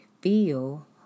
feel